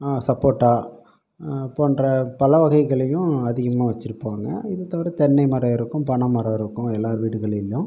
சப்போட்டா போன்ற பல வகைகளையும் அதிகமாக வச்சுருப்பாங்க இதை தவிர தென்னைமரம் இருக்கும் பனைமரம் இருக்கும் எல்லோரு வீடுகளிலும்